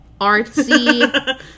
artsy